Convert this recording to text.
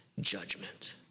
judgment